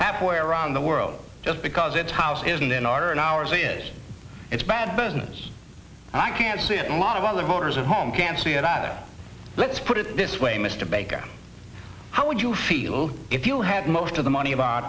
halfway around the world just because that house isn't in our and ours is it's bad business and i can't see a lot of other voters at home can see it either let's put it this way mr baker how would you feel if you had most of the money of our